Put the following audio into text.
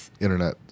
internet